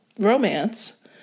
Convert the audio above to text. Romance